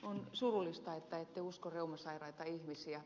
on surullista että ette usko reumasairaita ihmisiä